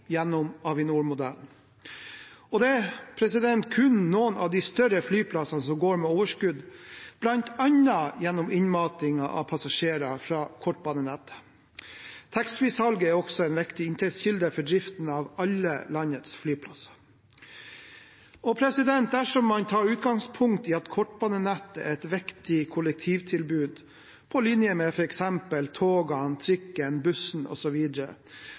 gjennom skiftende politisk flertall over tid, gjennom Avinor-modellen. Det er kun noen av de større flyplassene som går med overskudd, bl.a. gjennom innmatingen av passasjerer fra kortbanenettet. Taxfree-salget er også en viktig inntektskilde for driften av alle landets flyplasser. Dersom man tar utgangspunkt i at kortbanenettet er et viktig kollektivtilbud på linje med